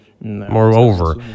Moreover